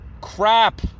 crap